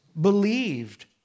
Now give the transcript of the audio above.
believed